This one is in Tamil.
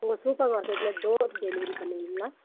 உங்கள் சூப்பர் மார்க்கெட்டில் டோர் டெலிவரி பண்ணுவீங்களா